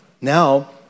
Now